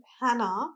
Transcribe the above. hannah